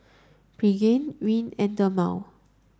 Pregain Rene and Dermale